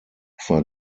ufer